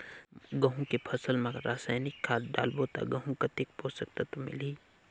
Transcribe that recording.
गंहू के फसल मा रसायनिक खाद डालबो ता गंहू कतेक पोषक तत्व मिलही?